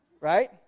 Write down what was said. right